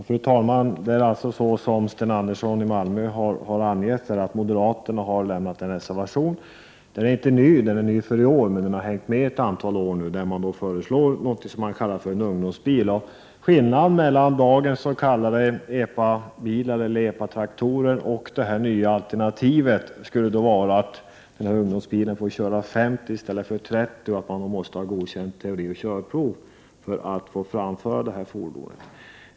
Fru talman! Som Sten Andersson i Malmö har sagt har moderaterna avgivit en reservation. Reservationen är ny för i år, men frågan har hängt medi ett antal år. Man föreslår alltså något som kallas för en s.k. ungdomsbil. Skillnaden mellan dagens s.k. EPA-traktorer och det nya alternativet skulle vara att ungdomsbilen får köras i 50 kilometer i timmen i stället för 30 kilometer i timmen. Man måste ha genomgått ett godkänt teorioch körkortsprov för att få framföra fordonet.